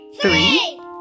Three